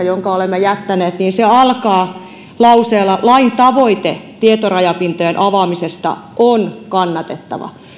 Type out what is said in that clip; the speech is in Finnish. jonka olemme jättäneet alkaa lauseella lain tavoite tietorajapintojen avaamisesta on kannatettava